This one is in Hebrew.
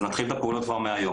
אז נתחיל את הפעולות כבר מהיום.